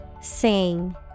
Sing